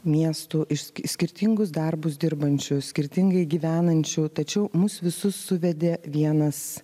miestų išs skirtingus darbus dirbančių skirtingai gyvenančių tačiau mus visus suvedė vienas